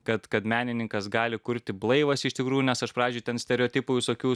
kad kad menininkas gali kurti blaivas iš tikrųjų nes aš pradžiai tam stereotipų visokių